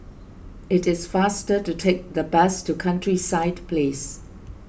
it is faster to take the bus to Countryside Place